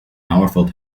powerful